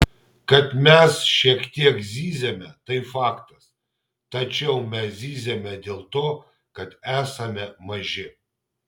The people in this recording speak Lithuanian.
kad mes šiek tiek zyziame tai faktas tačiau mes zyziame dėl to kad esame maži